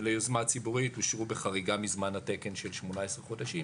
היוזמה הציבורית אושרו בחריגה מזמן התקן של 18 חודשים,